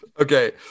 Okay